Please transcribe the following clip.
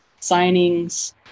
Signings